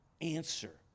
answer